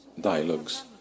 dialogues